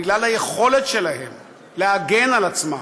בגלל האי-יכולת שלהם להגן על עצמם,